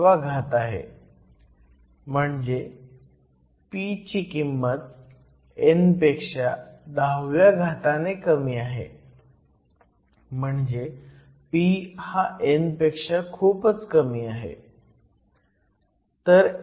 म्हणजे p ची किंमत n पेक्षा 10व्या घाताने कमी आहे म्हणजे p हा n पेक्षा खूपच कमी आहे